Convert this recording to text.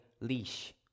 leash